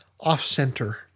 off-center